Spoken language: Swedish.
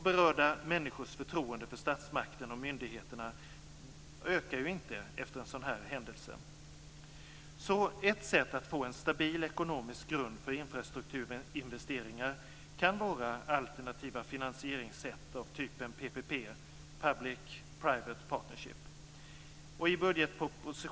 Berörda människors förtroende för statsmakten och myndigheter ökar inte efter sådana händelser. Ett sätt att få en stabil ekonomisk grund för infrastrukturinvesteringar kan vara alternativa finansieringssätt av typen PPP .